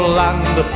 land